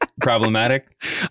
problematic